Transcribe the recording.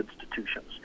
institutions